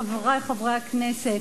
חברי חברי הכנסת,